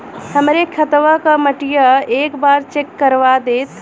हमरे खेतवा क मटीया एक बार चेक करवा देत?